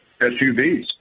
SUVs